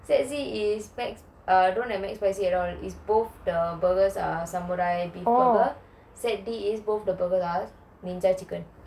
set C is mc uh don't have McSpicy at all is both the burgers are samurai beef burgers set D is both the burgers are ninja chicken